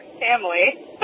family